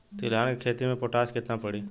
तिलहन के खेती मे पोटास कितना पड़ी?